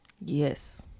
yes